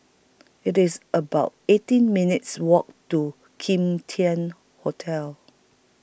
IT IS about eighteen minutes' Walk to Kim Tian Hotel